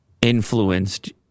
influenced